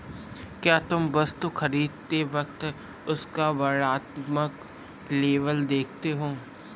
क्या तुम वस्तु खरीदते वक्त उसका वर्णात्मक लेबल देखते हो?